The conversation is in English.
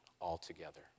altogether